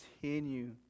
continue